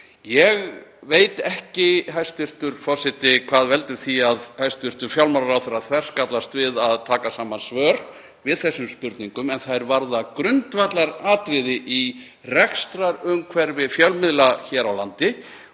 Ég veit ekki, hæstv. forseti, hvað veldur því að hæstv. fjármálaráðherra þverskallast við að taka saman svör við þessum spurningum en þær varða grundvallaratriði í rekstrarumhverfi fjölmiðla hér á landi